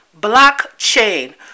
blockchain